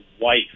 wife